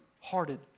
Hearted